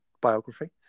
biography